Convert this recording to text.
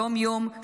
יום-יום,